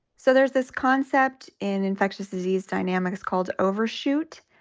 so there's this concept in infectious disease dynamics called overshoot.